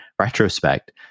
retrospect